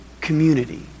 community